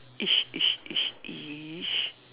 ish ish ish ish